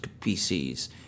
PCs